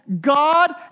God